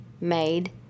made